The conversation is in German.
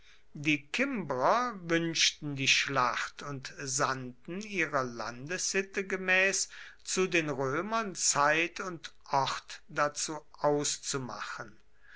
die kimbrer wünschten die schlacht und sandten ihrer landessitte gemäß zu den römern zeit und ort dazu auszumachen